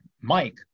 Mike